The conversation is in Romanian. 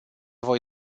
voi